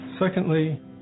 Secondly